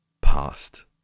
past